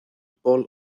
paul